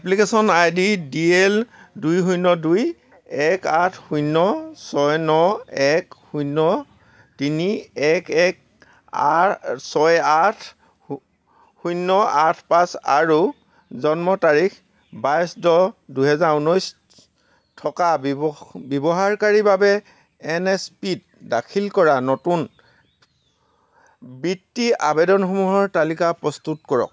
application ID D L দুই শূন্য দুই এক আঠ শূন্য ছয় ন এক শূন্য তিনি এক এক আৰ ছয় আঠ শূ শূন্য আঠ পাঁচ আৰু জন্মৰ তাৰিখ বাইছ দহ দুহেজাৰ ঊনৈছ থকা বিৱ ব্যৱহাৰকাৰীৰ বাবে এন এছ পিত দাখিল কৰা নতুন বৃত্তি আবেদনসমূহৰ তালিকা প্ৰস্তুত কৰক